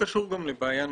זה קשור גם לבעיה נוספת.